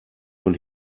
von